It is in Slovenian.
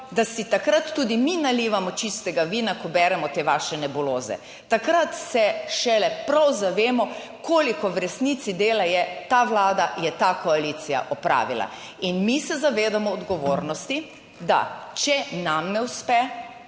da si takrat tudi mi nalivamo čistega vina, ko beremo te vaše nebuloze. Takrat se šele prav zavemo, koliko v resnici dela je ta Vlada, je ta koalicija opravila. In mi se zavedamo odgovornosti, da če nam ne uspe,